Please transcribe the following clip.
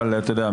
יכולת.